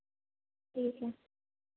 ठीक है